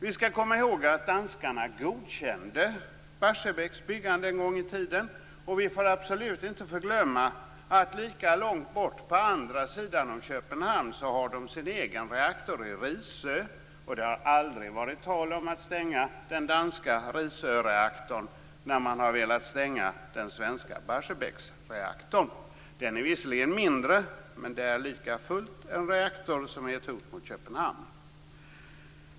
Vi skall komma ihåg att danskarna godkände Barsebäcks byggande en gång i tiden. Vi får absolut inte glömma att lika långt bort på andra sidan om Köpenhamn har de sin egen reaktor i Risø. Det har aldrig varit tal om att stänga den danska Risøreaktorn när man har velat stänga den svenska Barsebäcksreaktorn. Den är visserligen mindre, men det är likafullt en reaktor som är ett hot mot Köpenhamn.